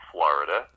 Florida